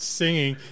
singing